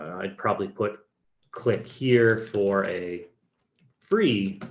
i'd probably put click here for a free